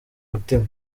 mutima